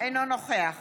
אינו נוכח